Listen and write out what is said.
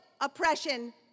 oppression